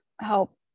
help